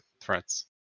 threats